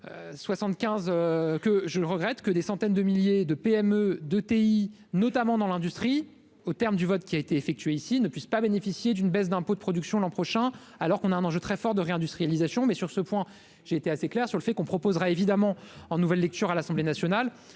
que je regrette que des centaines de milliers de PME de TI, notamment dans l'industrie au terme du vote qui a été effectué ici ne puissent pas bénéficier d'une baisse d'impôts de production l'an prochain, alors qu'on a un enjeu très fort de réindustrialisation, mais sur ce point, j'ai été assez clair sur le fait qu'on proposera évidemment en nouvelle lecture à l'Assemblée nationale,